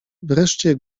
wreszcie